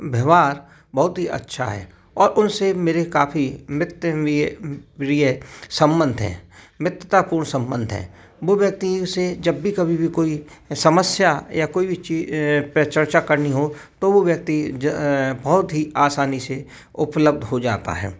व्यवहार बहुत ही अच्छा है और उनसे मेरे काफ़ी नित्य प्रिय संबंध है मित्रतापूर्ण संबंध है वो व्यक्ति उसे जब भी कभी भी कोई समस्या या कोई भी पे चर्चा करनी हो तो वो व्यक्ति बहुत ही आसानी से उपलब्ध हो जाता है